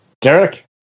Derek